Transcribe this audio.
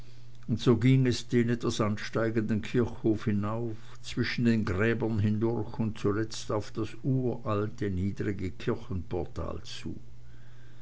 und so ging es den etwas ansteigenden kirchhof hinauf zwischen den gräbern hindurch und zuletzt auf das uralte niedrige kirchenportal zu